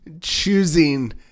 choosing